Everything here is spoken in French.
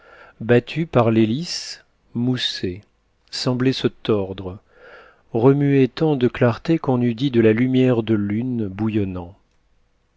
battue par l'hélice moussait semblait se tordre remuait tant de clartés qu'on eût dit de la lumière de lune bouillonnant